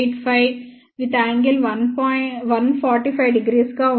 485 ∟ 145º గా ఉంది